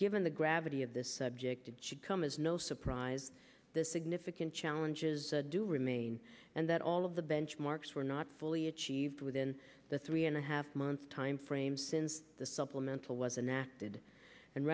given the gravity of this subject it should come as no surprise the significant challenges do remain and that all of the benchmarks were not fully achieved within the three and a half month time frame since the supplemental